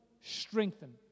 strengthen